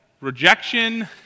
rejection